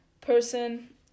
person